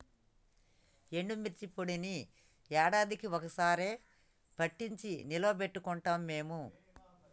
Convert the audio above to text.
ఎండుమిర్చి పొడిని యాడాదికీ ఒక్క సారె పట్టించి నిల్వ పెట్టుకుంటాం మేము